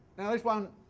there is one